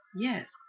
yes